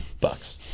Bucks